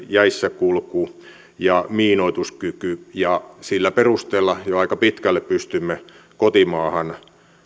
jäissäkulku ja miinoituskyky ja sillä perusteella jo aika pitkälle pystymme kotimaahan